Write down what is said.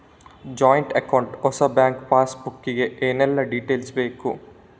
Joint account ಹೊಸ bank passbook ಗೆ ಏನೆಲ್ಲ ಡೀಟೇಲ್ಸ್ ಬೇಕು?